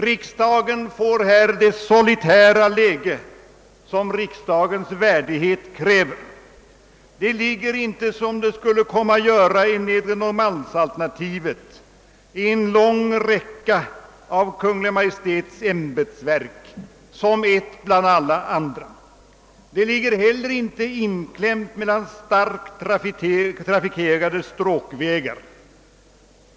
Riksdagshuset får här det solitära läge som riksdagens värdighet kräver. Det ligger inte, som det skulle komma att göra enligt Nedre Norrmalm-alternativet, i en lång räcka av Kungl. Maj:ts ämbetsverk, som ett bland alla andra. Det ligger inte heller inklämt mellan starkt trafikerade stråkvägar.